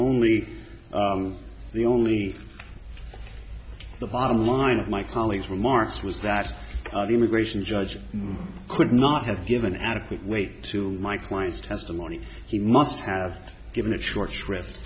only the only the bottom line of my colleagues remarks was that the immigration judge could not have given adequate weight to my client's testimony he must have given it short shrift